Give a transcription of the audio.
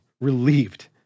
relieved